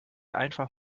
einfach